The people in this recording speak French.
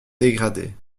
dégrader